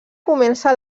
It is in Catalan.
comença